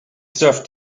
serve